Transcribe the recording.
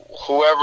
whoever